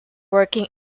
working